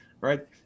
right